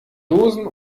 dosen